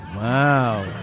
Wow